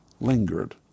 lingered